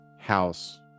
house